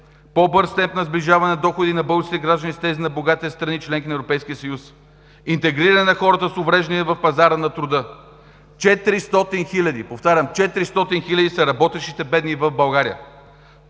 По-бърз темп на сближаване на доходите на българските граждани с тези на богатите страни – членки на Европейския съюз. Интегриране на хората с увреждания в пазара на труда. Четиристотин хиляди, повтарям, 400 хиляди са работещите бедни в България.